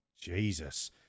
Jesus